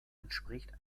entspricht